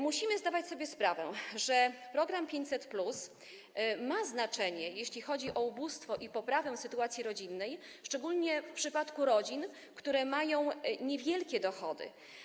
Musimy zdawać sobie sprawę, że program 500+ ma znaczenie, jeśli chodzi o ubóstwo i poprawę sytuacji rodzinnej, szczególnie w przypadku rodzin, które mają niewielkie dochody.